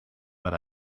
but